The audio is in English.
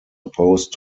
opposed